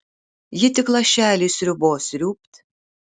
ji tik lašelį sriubos sriūbt